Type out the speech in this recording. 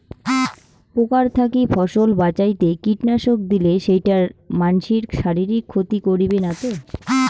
পোকার থাকি ফসল বাঁচাইতে কীটনাশক দিলে সেইটা মানসির শারীরিক ক্ষতি করিবে না তো?